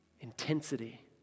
intensity